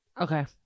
Okay